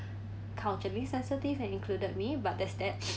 culturally sensitive and included me but that's that